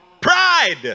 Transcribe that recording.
pride